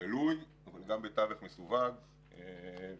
גלוי וגם בתווך מסווג ובקשיח,